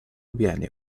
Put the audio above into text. viene